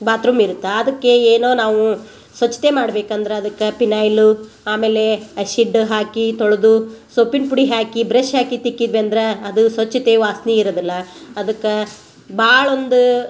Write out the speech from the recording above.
bathroom ಇರುತ್ತೆ ಅದಕ್ಕೆ ಏನೋ ನಾವು ಸ್ವಚ್ಛತೆ ಮಾಡ್ಬೇಕಂದ್ರೆ ಅದಕ್ಕೆ ಪಿನೈಲು ಆಮೇಲೆ ಆ್ಯಸಿಡ್ ಹಾಕಿ ತೊಳೆದು ಸೊಪ್ಪಿನ ಪುಡಿ ಹಾಕಿ ಬ್ರಷ್ ಹಾಕಿ ತಿಕ್ಕಿದ್ವಿ ಅಂದ್ರೆ ಅದು ಸ್ವಚ್ಛತೆ ವಾಸ್ನೆ ಇರುದಿಲ್ಲ ಅದಕ್ಕೆ ಭಾಳ ಒಂದು